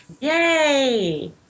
Yay